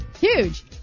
Huge